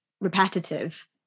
repetitive